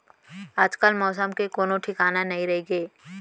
आजकाल मौसम के कोनों ठिकाना नइ रइगे